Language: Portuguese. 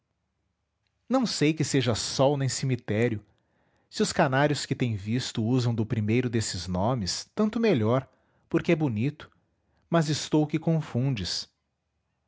não sei que seja sol nem cemitério se os canários que tens visto usam do primeiro desses nomes tanto melhor porque é bonito mas estou que confundes